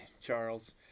Charles